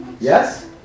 Yes